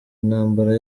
intambara